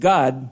God